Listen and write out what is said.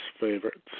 favorites